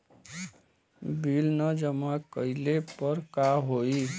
Bill न जमा कइले पर का होई?